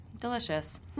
Delicious